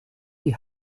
die